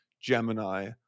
Gemini